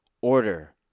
order